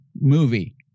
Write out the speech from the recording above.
movie